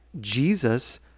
Jesus